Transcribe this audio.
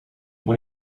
when